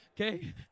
okay